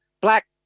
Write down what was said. black